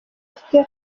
afite